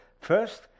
first